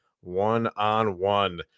one-on-one